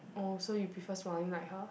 oh so you prefer smiling like her